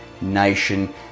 nation